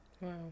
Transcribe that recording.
wow